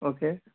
okay